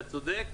אתה צודק.